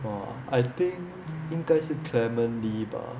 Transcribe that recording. !wah! I think 因该是 clement lee 吧